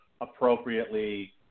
appropriately